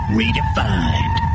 redefined